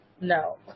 No